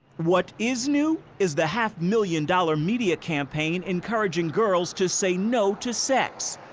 what is new is the half million dollar media campaign encouraging girls to say no to sex.